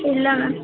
ಇಲ್ಲ ಮ್ಯಾಮ್